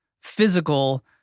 physical